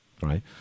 right